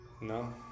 No